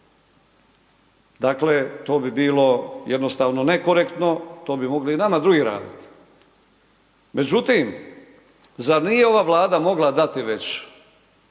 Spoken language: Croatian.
Dakle, to bi bilo jednostavno nekorektno, to bi mogli nama drugi raditi. Međutim, zar nije ova vlada mogla dati već